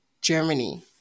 Germany